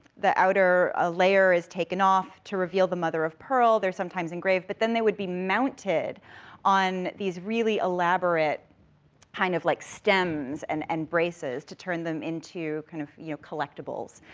the outer ah layer is taken off to reveal the mother-of-pearl, they're sometimes engraved, but then they would be mounted on these really elaborate kind of, like stems, and and braces, to turn them into kind of, you know, collectibles.